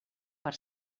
per